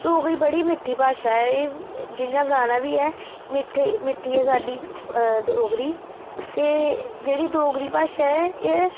डोगरी बड़ी मिट्ठी भाशा ऐ एह् जि'यां गाना बी ऐ मिट्ठी मिट्ठी ऐ साड्डी डोगरी ते जेह्ड़ी डोगरी भाशा ऐ एह्